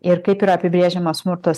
ir kaip yra apibrėžiamas smurtas